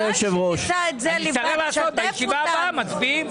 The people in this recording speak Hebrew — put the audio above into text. בישיבה הבאה מצביעים.